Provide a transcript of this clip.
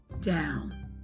down